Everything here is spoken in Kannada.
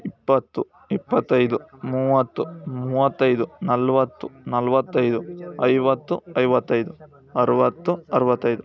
ಇಪ್ಪತ್ತು ಇಪ್ಪತ್ತೈದು ಮೂವತ್ತು ಮೂವತ್ತೈದು ನಲ್ವತ್ತು ನಲ್ವತ್ತೈದು ಐವತ್ತು ಐವತ್ತೈದು ಅರುವತ್ತು ಅರುವತ್ತೈದು